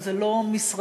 אבל זה לא משרדי,